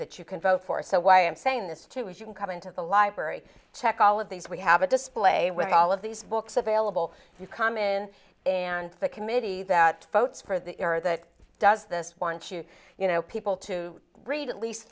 that you can vote for so why i'm saying this too is you can come into the library check all of these we have a display with all of these books available if you come in and the committee that votes for the error that does this once you you know people to read at least